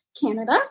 Canada